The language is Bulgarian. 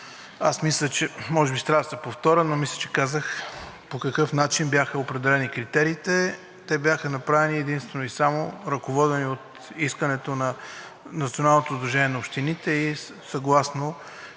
аз мисля, може би ще трябва да се повторя, но мисля, казах по какъв начин бяха определени критериите. Те бяха направени единствено и само ръководени от искането на Националното сдружение на общините и съгласно